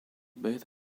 both